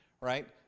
Right